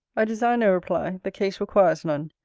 i desire no reply. the case requires none.